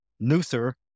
Luther